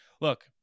look